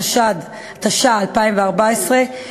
התשע"ה 2014,